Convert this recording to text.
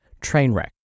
Trainwreck